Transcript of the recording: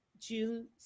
june